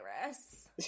virus